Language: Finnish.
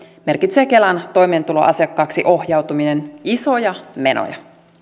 merkitsee kelan toimeentulotukiasiakkaaksi ohjautuminen isoja menoja